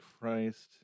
Christ